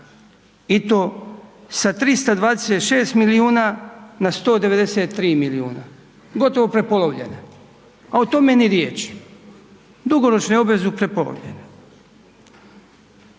I to sa 326 milijuna na 193 milijuna, gotovo prepolovljene a o tome ni riječi, dugoročne obveze su prepolovljene.